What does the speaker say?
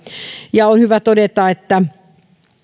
on hyvä todeta että